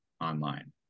online